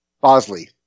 Bosley